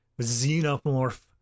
Xenomorph